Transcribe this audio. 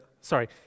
sorry